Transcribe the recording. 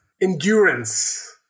endurance